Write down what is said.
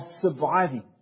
surviving